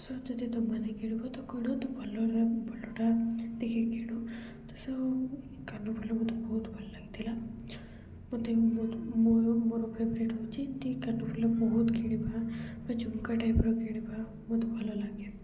ସ ଯଦି ତ ମାନେ କିଣିବ ତ କିଣନ୍ତୁ ଭଲ ରହି ଭଲଟା ଦେଖିକି କିଣୁ ତ ସ କାନଫୁଲ ମୋତେ ବହୁତ ଭଲ ଲାଗିଥିଲା ମୋତେ ମୋ ମୋ ମୋର ଫେଭରେଟ୍ ହେଉଛି ଦି କାନୁଫୁଲ ବହୁତ କିଣିବା ବା ଚୁକା ଟାଇପ୍ର କିଣିବା ମୋତେ ଭଲ ଲାଗେ